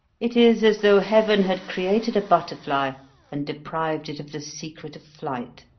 it is as though heaven had created a butterfly and deprived it of the secret of flight.